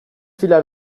final